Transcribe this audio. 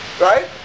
right